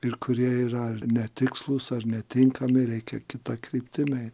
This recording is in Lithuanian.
ir kurie yra ar netikslūs ar netinkami reikia kita kryptim ei